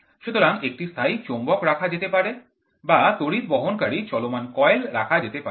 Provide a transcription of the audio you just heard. সুতরাং একটি স্থায়ী চৌম্বক রাখা যেতে পারে বা তড়িৎ বহনকারী চলমান কয়েল রাখা যেতে পারে